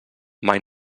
mai